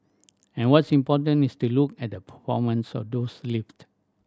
and what's important is to look at the performance of those lift